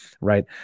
right